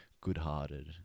good-hearted